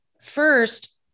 first